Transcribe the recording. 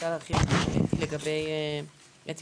אני